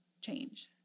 change